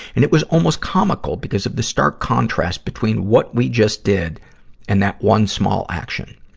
and it was almost comical because of the stark contrast between what we just did and that one small action.